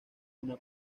una